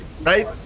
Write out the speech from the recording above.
right